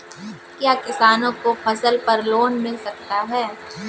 क्या किसानों को फसल पर लोन मिल सकता है?